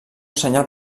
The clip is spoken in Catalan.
senyal